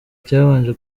cyabanje